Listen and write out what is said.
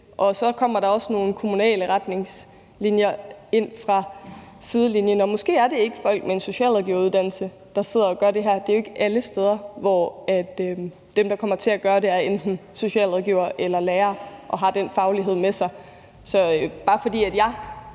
Så kommer der også nogle kommunale retningslinjer ind fra sidelinjen, og måske er det ikke folk med en socialrådgiveruddannelse, der sidder og gør det her. Det er jo ikke alle steder, hvor dem, der kommer til at gøre det, er enten socialrådgivere eller lærere og har den faglighed med sig. Så bare fordi jeg